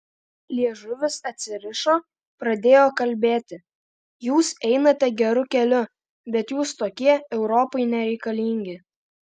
liežuvis atsirišo pradėjo kalbėti jūs einate geru keliu bet jūs tokie europai nereikalingi